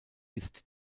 ist